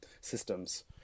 systems